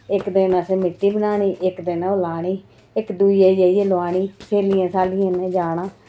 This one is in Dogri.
इक दिन असें मित्ती बनानी ते इक दिन असें ओह् लानी इक दूऐ दे जाइयै लोआनी स्हेलियें नै जाना